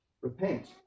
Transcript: repent